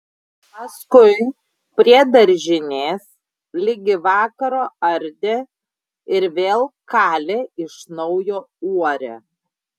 paskui prie daržinės ligi vakaro ardė ir vėl kalė iš naujo uorę